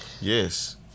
Yes